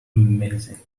amazing